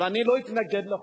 ואני לא אתנגד לחוק.